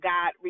God